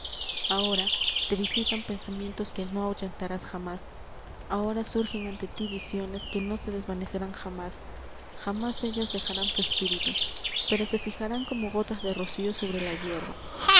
ahora te visitan pensamientos que no ahuyentarás jamás ahora surgen ante ti visiones que no se desvanecerán jamás jamás ellas dejarán tu espíritu pero se fijarán como gotas de rocío sobre la hierba